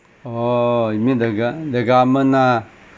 oh you mean the gov~ the government ah